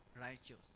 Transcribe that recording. righteous